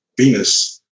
Venus